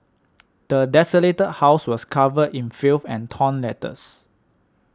the desolated house was covered in filth and torn letters